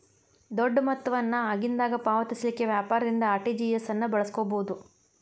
ದೊಡ್ಡ ಮೊತ್ತ ವನ್ನ ಆಗಿಂದಾಗ ಪಾವತಿಸಲಿಕ್ಕೆ ವ್ಯಾಪಾರದಿಂದ ಆರ್.ಟಿ.ಜಿ.ಎಸ್ ಅನ್ನು ಬಳಸ್ಕೊಬೊದು